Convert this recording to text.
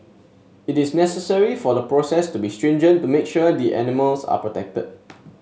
it is necessary for the process to be stringent to make sure the animals are protected